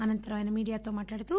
అనంతరం ఆయన మీడియాతో మాట్లాడుతూ